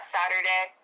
Saturday